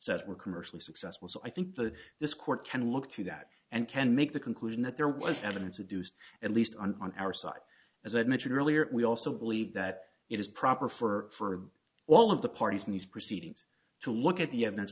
says were commercially successful so i think that this court can look to that and can make the conclusion that there was evidence of deuce at least on our side as i mentioned earlier we also believe that it is proper for all of the parties in these proceedings to look at the evidence